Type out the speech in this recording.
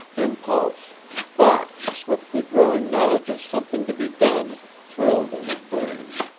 impulse, thought, swiftly growing knowledge of something to be done thrilled in his brain.